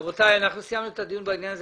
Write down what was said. רבותיי, אנחנו סיימנו את הדיון בעניין הזה.